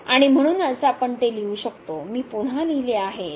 आणि म्हणूनच आपण ते लिहू शकतो मी पुन्हा लिहिले आहे